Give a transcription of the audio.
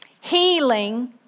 Healing